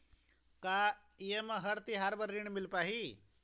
का ये म हर तिहार बर ऋण मिल पाही?